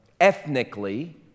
ethnically